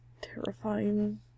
terrifying